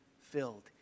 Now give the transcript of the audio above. filled